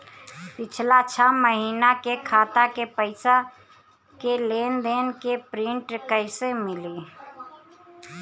पिछला छह महीना के खाता के पइसा के लेन देन के प्रींट कइसे मिली?